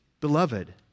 Beloved